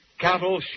Cattle